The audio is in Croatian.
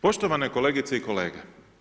Poštovane kolegice i kolege.